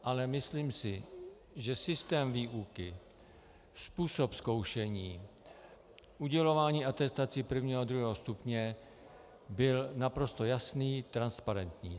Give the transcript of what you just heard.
Ale myslím si, že systém výuky, způsob zkoušení, udělování atestací prvního a druhého stupně byl naprosto jasný a transparentní.